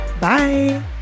bye